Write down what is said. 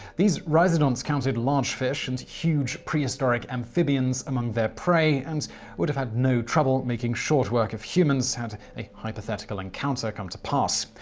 these rhizodonts counted large fish and huge prehistoric amphibians among their prey, and would have had no trouble making short work of humans had a hypothetical encounter come to pass.